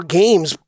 games